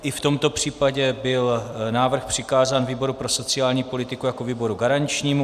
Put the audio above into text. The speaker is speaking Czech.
I v tomto případě byl návrh přikázán výboru pro sociální politiku jako výboru garančnímu.